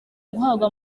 guhabwa